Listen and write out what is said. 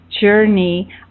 journey